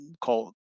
call